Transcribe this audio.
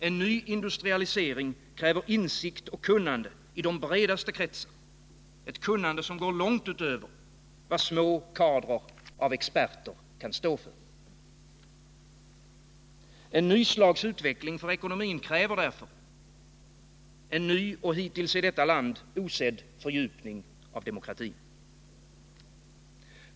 En ny industrialisering kräver insikt och kunnande i de bredaste kretsarett kunnande som går långt utöver vad små kadrer av experter kan stå för. Ett nytt slags utveckling för ekonomin kräver därför en ny, hittills i detta land osedd, fördjupning av demokratin.